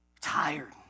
Tired